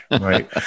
right